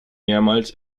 mehrmals